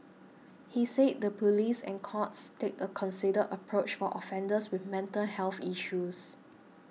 he said the police and courts take a considered approach for offenders with mental health issues